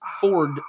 Ford